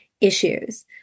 issues